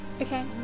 Okay